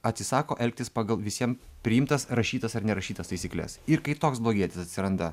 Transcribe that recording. atsisako elgtis pagal visiem priimtas rašytas ar nerašytas taisykles ir kai toks blogietis atsiranda